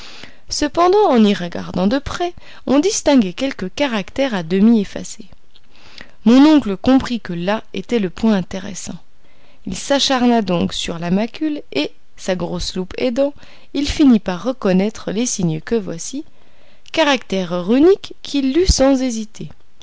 cependant en y regardant de près on distinguait quelques caractères à demi effacés mon oncle comprit que là était le point intéressant il s'acharna donc sur la macule et sa grosse loupe aidant il finit par reconnaître les signes que voici caractères runiques qu'il lut sans hésiter